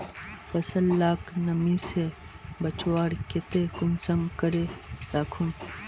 फसल लाक नमी से बचवार केते कुंसम करे राखुम?